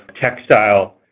textile